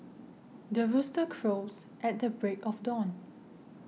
the rooster crows at the break of dawn